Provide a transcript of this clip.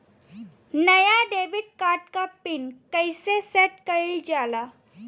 नया debit card क pin कईसे सेट कईल जाला?